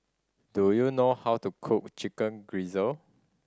do you know how to cook Chicken Gizzard